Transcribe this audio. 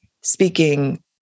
speaking